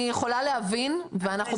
אני יכולה להבין, ואנחנו